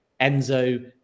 Enzo